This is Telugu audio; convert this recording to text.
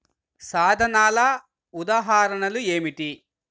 సాధనాల ఉదాహరణలు ఏమిటీ?